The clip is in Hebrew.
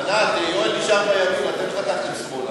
ענת, יואל נשאר בימין, אתם חתכתם שמאלה,